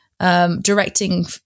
Directing